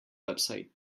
website